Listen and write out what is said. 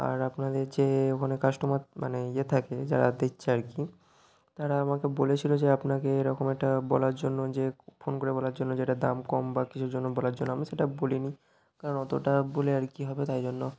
আর আপনাদের যে ওখানে কাস্টমার মানে ইয়ে থাকে যারা দিচ্ছে আর কি তারা আমাকে বলেছিল যে আপনাকে এরকম একটা বলার জন্য যে ফোন করে বলার জন্য যে এটার দাম কম বা কিছুর জন্য বলার জন্য আমি সেটা বলিনি কারণ অতটা বলে আর কী হবে তাই জন্য